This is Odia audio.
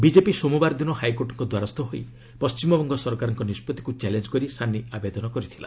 ବିଜେପି ସୋମବାର ଦିନ ହାଇକୋର୍ଟଙ୍କ ଦ୍ୱାରସ୍ଥ ହୋଇ ପଶ୍ଚିମବଙ୍ଗ ସରକାରଙ୍କ ନିଷ୍ପଭିକୁ ଚ୍ୟାଲେଞ୍ଜ କରି ସାନି ଆବେଦନ କରିଥିଲା